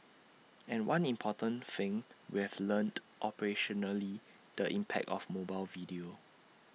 and one important thing we've learnt operationally the impact of mobile video